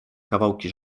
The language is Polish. kawałki